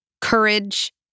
courage